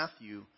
Matthew